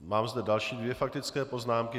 Mám zde další dvě faktické poznámky.